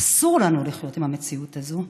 אסור לנו לחיות עם המציאות הזו.